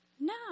no